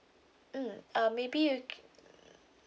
mm uh maybe you